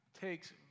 takes